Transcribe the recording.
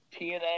TNA